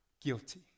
guilty